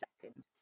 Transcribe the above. second